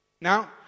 Now